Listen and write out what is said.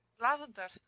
Lavender